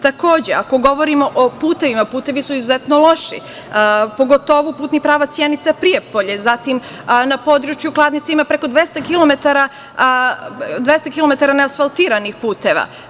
Takođe, ako govorimo o putevima, putevi su izuzetno loši, pogotovo putni pravac Sjenica-Prijepolje, zatim na području Kladnice ima preko 200 kilometara ne asfaltiranih puteva.